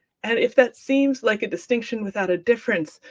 and if that seems like a distinction without a difference,